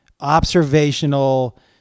Observational